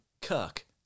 Kirk